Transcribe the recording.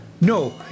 No